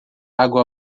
água